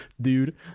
dude